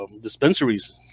dispensaries